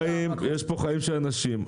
יש פה חיים של אנשים.